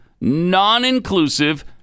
non-inclusive